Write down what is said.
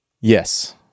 Yes